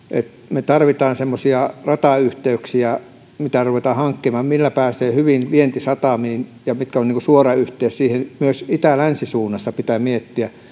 me tarvitsemme semmoisia ratayhteyksiä mitä ruvetaan hankkimaan millä pääsee hyvin vientisatamiin ja pitää miettiä mikä on suora yhteys niihin myös itä länsi suunnassa